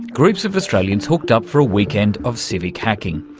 groups of australians hooked up for a weekend of civic hacking.